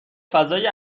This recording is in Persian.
فضای